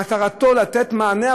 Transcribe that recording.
מטרתו לתת מענה,